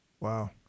Wow